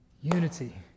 unity